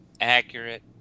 accurate